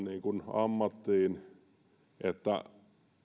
ammattiin että